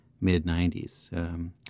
mid-90s